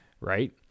right